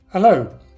Hello